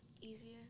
Easier